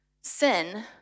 sin